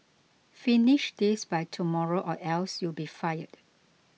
finish this by tomorrow or else you'll be fired